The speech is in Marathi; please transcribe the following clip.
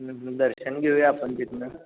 दर्शन घेऊया आपण तिथनं